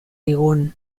digun